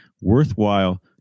worthwhile